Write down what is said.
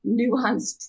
nuanced